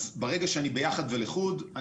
ברגע שאני ביחד ולחוד,